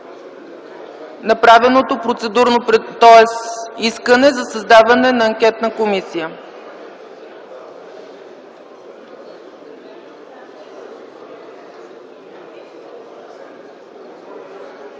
направеното процедурно искане за създаване на анкетна комисия.